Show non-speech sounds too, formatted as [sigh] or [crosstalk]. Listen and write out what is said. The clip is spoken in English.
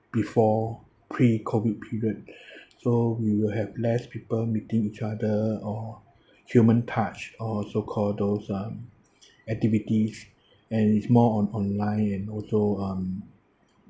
before pre-COVID period [breath] so we will have less people meeting each other or human touch or so-called those uh activities and it's more on online and also um